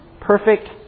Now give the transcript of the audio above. Perfect